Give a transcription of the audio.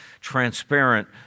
transparent